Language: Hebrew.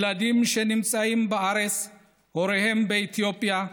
ילדים שנמצאים בארץ והוריהם באתיופיה,